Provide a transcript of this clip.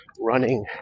running